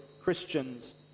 Christians